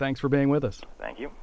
thanks for being with us thank you